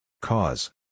Cause